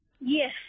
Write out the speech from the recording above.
Yes